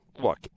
Look